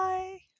Bye